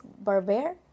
Barber